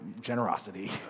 generosity